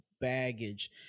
baggage